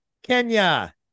Kenya